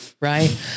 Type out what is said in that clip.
right